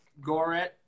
Goret